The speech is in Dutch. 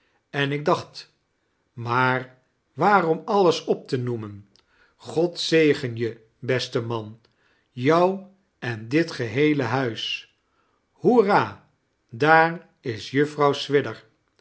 en ik dacht maar waarom alles op te noemen god zegen je beste man jou en dit heele huis hoera daar is juffrouw swidger